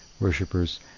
worshippers